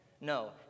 No